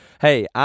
Hey